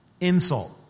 Insult